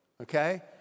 okay